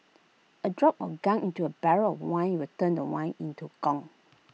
A drop of gunk into A barrel of wine will turn the wine into gunk